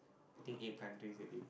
I think eight countries already